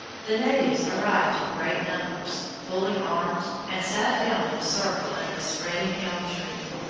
the natives arrived in great numbers, fully armed, and sat down in a circle under a spreading elm-tree,